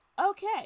Okay